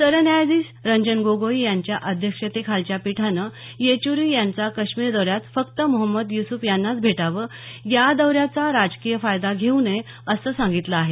सरन्यायाधीश रंजन गोगोई यांच्या अध्यक्षतेखालच्या पीठानं येचुरी यांना काश्मीर दौऱ्यात फक्त मोहम्मद युसुफ यांनाच भेटावं या दौऱ्याचा राजकीय फायदा घेऊ नये असं सांगितलं आहे